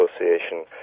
Association